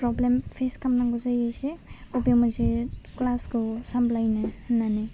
problem piece खामनांगौ जायो एसे अबे मोनसे क्लासखौ सामलाइनो होननानै